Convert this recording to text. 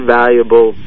valuable